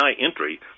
entry